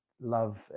love